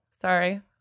sorry